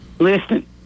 Listen